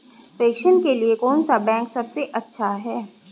प्रेषण के लिए कौन सा बैंक सबसे अच्छा है?